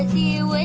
you and